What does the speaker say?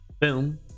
boom